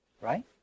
Right